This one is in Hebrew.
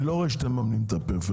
אני לא רואה שאתם מממנים את הפריפריה.